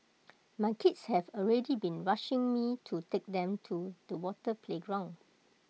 my kids have already been rushing me to take them to the water playground